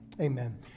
Amen